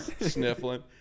Sniffling